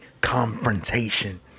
confrontation